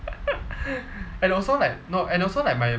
and also like no and also like my